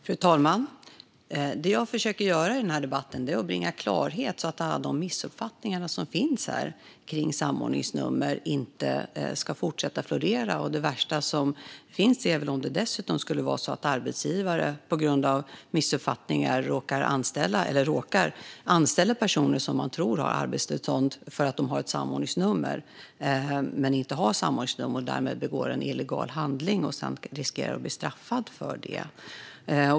Fru talman! Det som jag försöker göra i denna debatt är att bringa klarhet, så att de missuppfattningar som finns kring samordningsnummer inte ska fortsätta att florera. Det värsta som finns är väl om det dessutom skulle vara så att arbetsgivare på grund av missuppfattningar anställer personer som de tror har arbetstillstånd för att de har ett samordningsnummer men inte har det och därmed begår en illegal handling och riskerar att bli straffade för det.